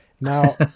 Now